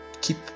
keep